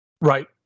Right